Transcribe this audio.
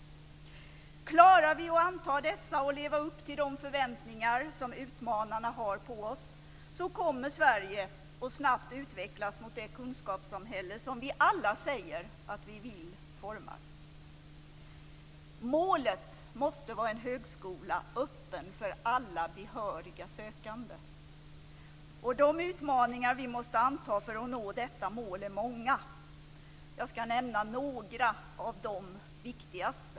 Klarar vi att anta dessa och att leva upp till de förväntningar som utmanarna har på oss kommer Sverige att snabbt utvecklas mot det kunskapssamhälle som vi alla säger att vi vill forma. Målet måste vara en högskola öppen för alla behöriga sökanden. De utmaningar vi måste anta för att nå detta mål är många. Jag skall nämna några av de viktigaste.